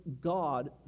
God